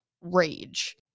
rage